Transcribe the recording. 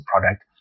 product